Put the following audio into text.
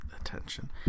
attention